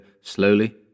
slowly